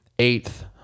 eighth